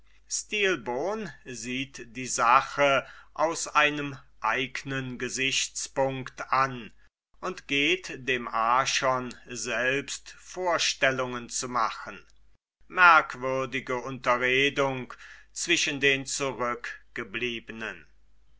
stilbon sieht die sache aus einem eignen gesichtspunct an und geht dem archon selbst vorstellungen zu machen merkwürdige unterredung zwischen den zurückgebliebnen